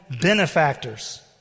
benefactors